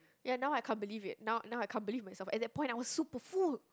ya now I can't believe it now now I can't believe myself at that point I was super full